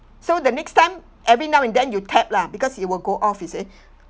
so the next time every now and then you tap lah because it will go off you see